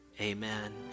Amen